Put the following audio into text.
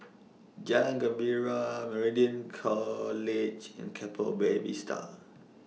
Jalan Gembira Meridian College and Keppel Bay Vista